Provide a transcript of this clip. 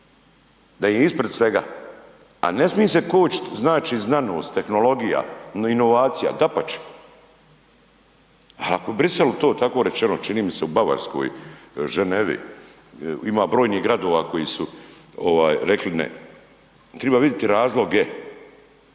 im je ispred svega, a ne smi se kočit znači znanost, tehnologija, inovacija, dapače, al' ako Bruxelles-u to tako rečeno, čini mi se u Bavarskoj, Genevi, ima brojnih gradova koji su, ovaj, rekli ne, triba vidjeti razloge.